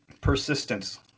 Persistence